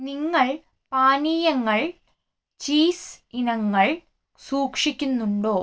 നിങ്ങൾ പാനീയങ്ങൾ ചീസ് ഇനങ്ങൾ സൂക്ഷിക്കുന്നുണ്ടോ